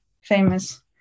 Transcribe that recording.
famous